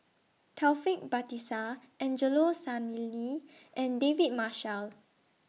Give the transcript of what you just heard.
Taufik Batisah Angelo Sanelli and David Marshall